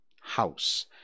house